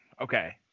okay